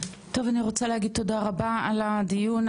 טוב אני רוצה להגיד תודה רבה על הדיון,